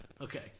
Okay